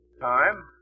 time